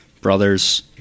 brothers